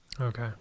okay